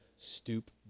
stoop